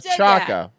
Chaka